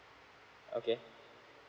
okay